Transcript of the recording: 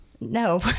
No